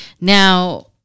Now